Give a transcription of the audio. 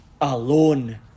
alone